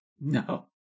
No